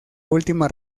última